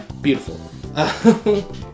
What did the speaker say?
Beautiful